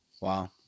Wow